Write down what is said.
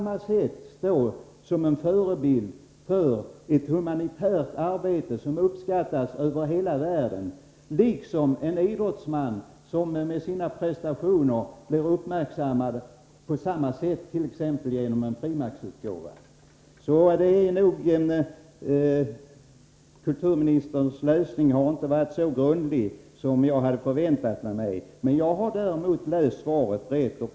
Han kan stå som förebild för ett humanitärt arbete som uppskattas över hela världen på samma sätt som en idrottsman och hans prestationer blir uppmärksammade t.ex. genom en frimärksutgåva. Kulturministern har inte läst interpellationen så grundligt som jag hade förväntat mig. Jag har däremot läst svaret rätt.